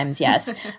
yes